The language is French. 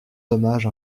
dommage